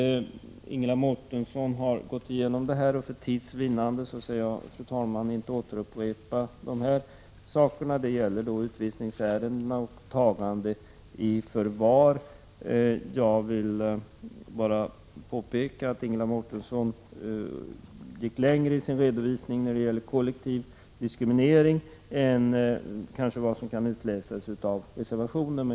Ingela Mårtensson har gått igenom detta, och för tids vinnande skall jag inte upprepa vad hon sade — det gäller utvisningsärendena och tagande i förvar. Jag vill bara påpeka att Ingela Mårtensson gick längre i sin redovisning när det gäller kollektiv diskriminering än vad som kan utläsas av reservationen.